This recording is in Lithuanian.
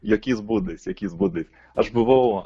jokiais būdais jokiais būdais aš buvau